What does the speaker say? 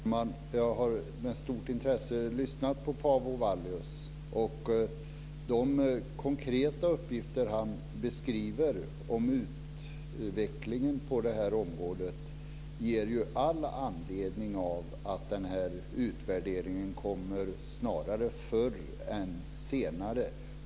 Fru talman! Jag har med stort intresse lyssnat på Paavo Vallius. De konkreta uppgifter som han lämnar om utvecklingen på det här området gör att det finns all anledning att göra en utvärdering snarare förr än senare.